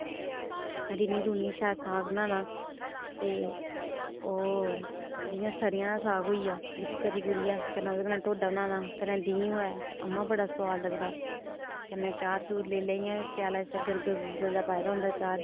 रिन्नी रुन्नियै शैल साग बनाना ते ओह् जि'यां स रेआं दा साग होई आ बिच करी कुरुयै कन्नै ढोडा बनाना कन्नै देहीं होऐ अम्मा बड़ा सोआद लगदा कन्नै चार चूर लेई सेआलै गरगल दा पाए दा होंदे चार